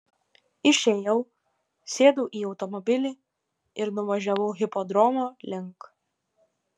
išėjau sėdau į automobilį ir nuvažiavau hipodromo link